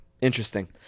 interesting